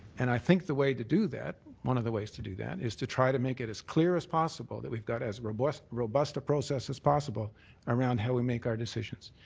and i think the way to do that, one of the ways to do that, is to try to make it as clear as possible that we've got as robust a process as possible around how we make our decisions.